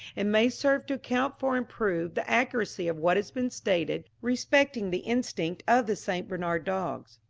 and may serve to account for and prove the accuracy of what has been stated respecting the instinct of the st. bernard dogs.